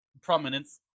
prominence